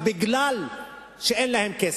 כי אין להם כסף,